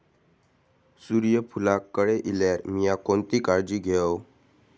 सूर्यफूलाक कळे इल्यार मीया कोणती काळजी घेव?